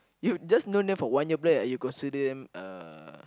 you've just known them for one year plus and you consider them uh